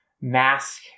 mask